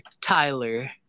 Tyler